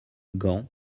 gand